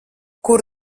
kur